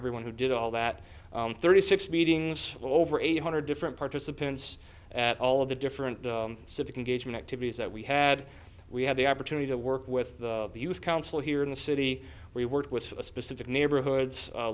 everyone who did all that thirty six meetings over eight hundred different participants at all of the different civic engagement activities that we had we had the opportunity to work with the youth council here in the city we worked with specific neighborhoods